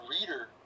reader